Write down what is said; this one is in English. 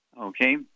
Okay